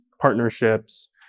partnerships